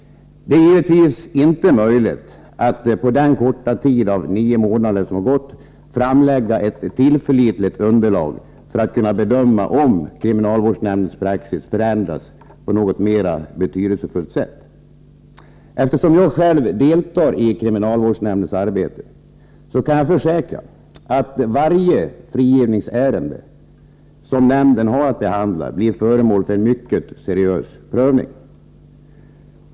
Det är givetvis inte möjligt att på den korta tid av nio månader som gått framlägga ett tillförlitligt underlag för att kunna bedöma om kriminalvårdsnämndens praxis förändrats på något mera betydelsefullt sätt. Eftersom jag själv deltar i kriminalvårdsnämndens arbete kan jag försäkra att varje frigivningsärende som nämnden har att behandla blir föremål för en mycket seriös prövning.